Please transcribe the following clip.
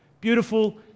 beautiful